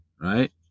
Right